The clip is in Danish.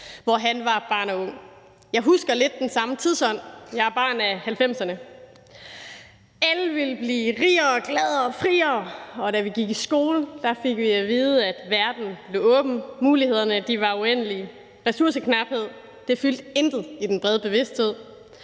hvor han var barn og ung. Jeg husker lidt den samme tidsånd. Jeg er barn af 1990'erne. Alle ville blive rigere og gladere og friere, og da vi gik i skole, fik vi at vide, at verden lå åben, mulighederne var uendelige, og ressourceknaphed fyldte intet i den brede bevidsthed.